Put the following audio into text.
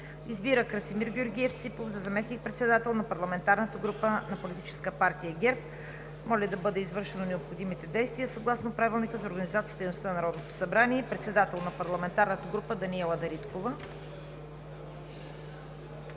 Избира Красимир Георгиев Ципов за заместник-председател на парламентарната група на политическа партия ГЕРБ. Моля да бъдат извършени необходимите действия съгласно Правилника за организацията и дейността на Народното събрание. Председател на парламентарната група: Даниела Дариткова.“